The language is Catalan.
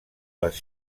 les